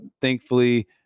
Thankfully